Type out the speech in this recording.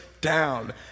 down